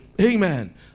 Amen